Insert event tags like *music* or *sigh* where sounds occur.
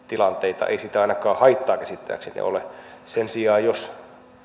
*unintelligible* tilanteita ei siitä ainakaan haittaa käsittääkseni ole sen sijaan jos